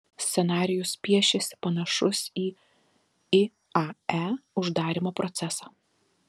scenarijus piešiasi panašus į iae uždarymo procesą